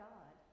God